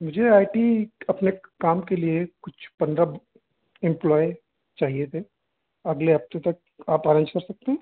मुझे I T अपने काम के लिए कुछ पन्द्रह इम्प्लॉय चाहिए थे अगले हफ़्ते तक आप अरेन्ज कर सकते हैं